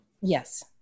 Yes